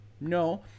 No